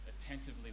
attentively